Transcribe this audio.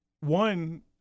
one